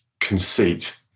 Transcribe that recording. conceit